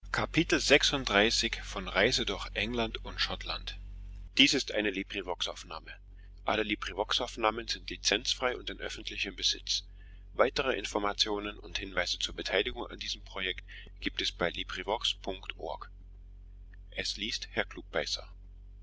so gibt es